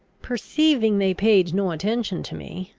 perceiving they paid no attention to me,